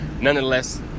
Nonetheless